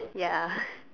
ya